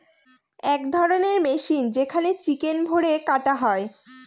এক ধরণের মেশিন যেখানে চিকেন ভোরে কাটা হয়